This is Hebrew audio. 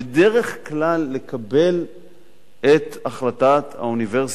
בדרך כלל לקבל את החלטת האוניברסיטה,